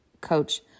coach